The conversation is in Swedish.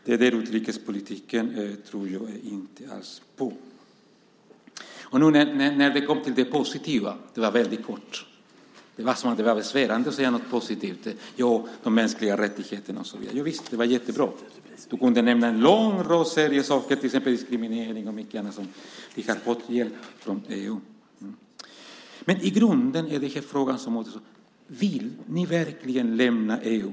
Den sortens utrikespolitik tror jag inte alls på. Det positiva var väldigt kort. Det var som om det var besvärande att säga något positivt - jo, de mänskliga rättigheterna och så vidare, jovisst, de var jättebra. Du kunde nämna en lång rad saker, till exempel diskriminering och mycket annat, som vi har fått hjälp med från EU. Men i grunden är det här den fråga som återstår: Vill ni verkligen lämna EU?